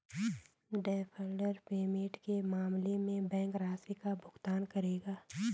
deferred payment के मामले में बैंक राशि का भुगतान करेगा